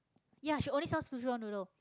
ya she only sells fishball-noodle